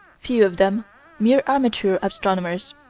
few of them mere amateur astronomers.